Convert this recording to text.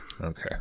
Okay